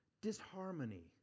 disharmony